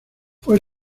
fue